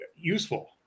useful